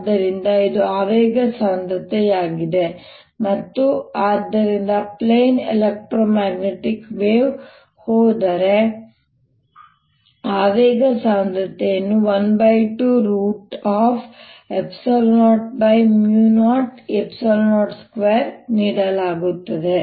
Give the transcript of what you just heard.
ಆದ್ದರಿಂದ ಇದು ಆವೇಗ ಸಾಂದ್ರತೆಯಾಗಿದೆ ಮತ್ತು ಆದ್ದರಿಂದ ಪ್ಲೇನ್ ಎಲೆಕ್ಟ್ರೋಮ್ಯಾಗ್ನೆಟಿಕ್ ವೇವ್ ಹೋದರೆ ಆವೇಗ ಸಾಂದ್ರತೆಯನ್ನು 1200E02 ನೀಡಲಾಗುತ್ತದೆ